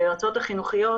היועצות החינוכיות,